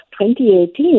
2018